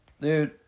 dude